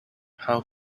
how